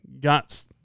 Got